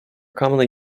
commonly